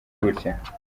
gutya